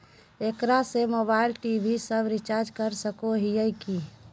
एकरा से mobile TV सब रिचार्ज कर सको हियै की?